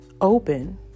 open